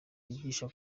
yigisha